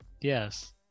Yes